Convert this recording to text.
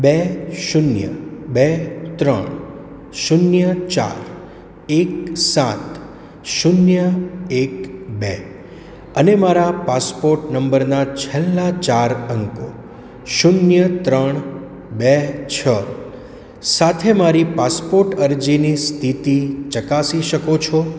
બે શૂન્ય બે ત્રણ શૂન્ય ચાર એક સાત શૂન્ય એક બે અને મારા પાસપોટ નંબરના છેલ્લા ચાર અંકો શૂન્ય ત્રણ બે છ સાથે મારી પાસપોટ અરજીની સ્થિતિ ચકાસી શકો છો